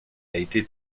été